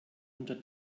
unter